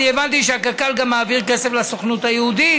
אני הבנתי שקק"ל גם מעבירה כסף לסוכנות היהודית,